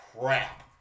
crap